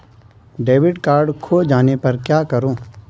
Debit card खो जाने पर क्या करूँ?